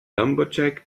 lumberjack